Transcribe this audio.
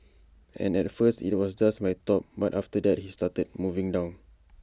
and at first IT was just my top but after that he started moving down